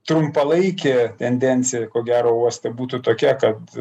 trumpalaikė tendencija ko gero uoste būtų tokia kad